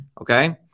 okay